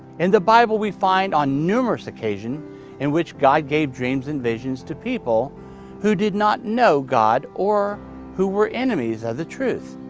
in the bible we find on numerous occasions in which god gave dreams and visions to people who did not know god or who were enemies of the truth.